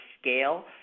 scale